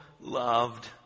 loved